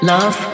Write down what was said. Love